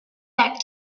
back